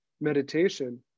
meditation